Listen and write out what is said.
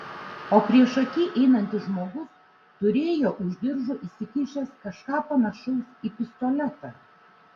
o priešaky einantis žmogus turėjo už diržo užsikišęs kažką panašaus į pistoletą